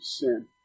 sin